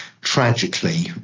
tragically